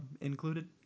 included